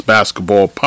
Basketball